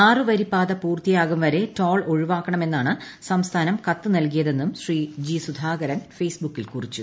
ആറുവരിപ്പാത പൂർത്തിയാകും വരെ ടോൾ ഒഴിവാക്കണമെന്നാണ സംസ്ഥാനം കത്തു നൽകിയതെന്നും അദ്ദേഹം ഫെയ്സ്ബുക്കിൽ കുറിച്ചു